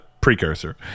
precursor